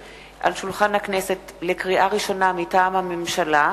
לקריאה ראשונה, מטעם הממשלה: